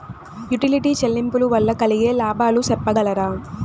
Utility చెల్లింపులు వల్ల కలిగే లాభాలు సెప్పగలరా?